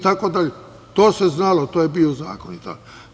To se znalo, to je bio zakon.